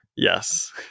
yes